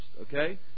okay